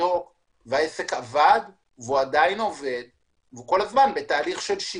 העסק עבד והוא עדיין עובד והוא כל הזמן בתהליך של שיפור.